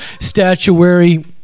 Statuary